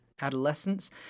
adolescence